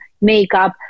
makeup